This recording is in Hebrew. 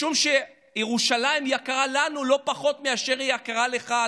משום שירושלים יקרה לנו לא פחות מאשר היא יקרה לך,